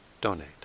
donate